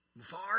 far